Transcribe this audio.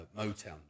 motown